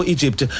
Egypt